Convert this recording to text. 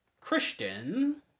Christian